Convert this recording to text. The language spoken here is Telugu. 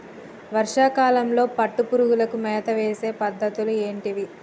వర్షా కాలంలో పట్టు పురుగులకు మేత వేసే పద్ధతులు ఏంటివి?